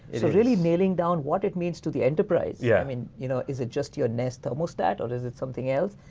really nailing down what it means to the enterprise. yeah i mean you know is it just your nest thermostat, or is it something else?